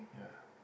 yeah